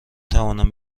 توانند